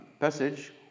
passage